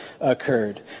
occurred